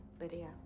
Lydia